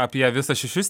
apie visas šešis